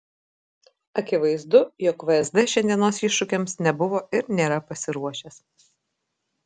akivaizdu jog vsd šiandienos iššūkiams nebuvo ir nėra pasiruošęs